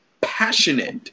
passionate